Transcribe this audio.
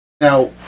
Now